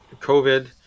COVID